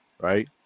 right